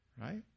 Right